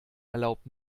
erlaubt